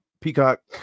peacock